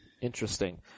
interesting